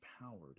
empowered